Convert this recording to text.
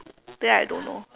then I don't know